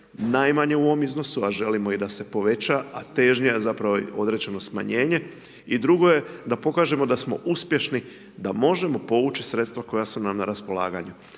najmanje u ovom iznosu, a želimo da se poveća, a težnja je zapravo određeno smanjenje i drugo je da pokažemo da smo uspješni da možemo poveći sredstva koja su nam na raspolaganje.